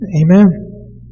Amen